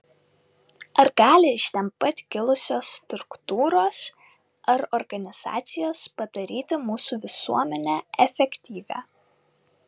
ar gali iš ten pat kilusios struktūros ar organizacijos padaryti mūsų visuomenę efektyvią